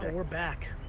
and we're back.